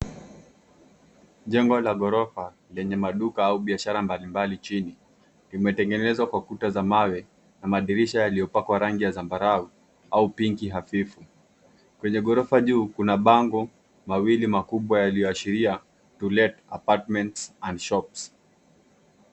Jengo la gorofa lenye maduka au biashara mbalimbali chini vimetengenezwa kwa kutq za mawe, na madirisha yaliyopakwa rangi ya zambarau au pinki hafifu. Kwenye gorofa juu kuna bango mawili makubwa yaliyoashiria To let apartments and shops